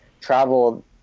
travel